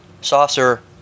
saucer